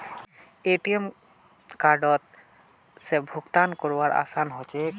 ATM कार्डओत से भुगतान करवार आसान ह छेक